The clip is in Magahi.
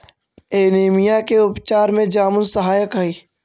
एनीमिया के उपचार में जामुन सहायक हई